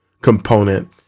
component